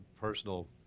personal